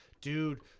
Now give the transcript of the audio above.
Dude